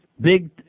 big